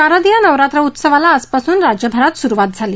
शारदीय नवरात्र उत्सवाला आजपासून राज्यभरात सुरुवात झाली